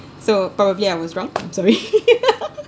so probably I was wrong I'm sorry